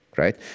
Right